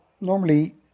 normally